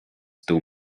still